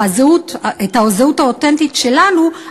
את הזהות האותנטית שלנו,